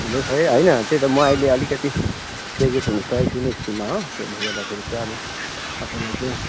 हुँदैछ है होइन त्यही त म अहिले अलिकति प्रेजेन्ट हुनुसकेको छैन स्कुलमा हो त्यसले गर्दाखेरि चाहिँ अब तपाईँलाई चाहिँ